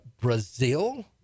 Brazil